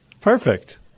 Perfect